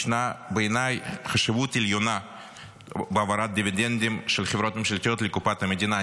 ישנה חשיבות עליונה בהעברת הדיבידנדים של חברות ממשלתיות לקופת המדינה.